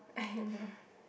I don't know